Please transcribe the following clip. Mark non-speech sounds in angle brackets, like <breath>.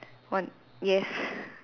one yes <breath>